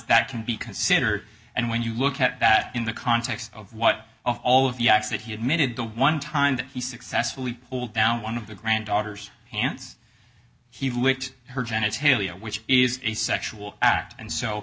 that can be considered and when you look at that in the context of what of all of the acts that he admitted the one time that he successfully pulled down one of the granddaughters hands he licked her janet's halley a which is a sexual act and so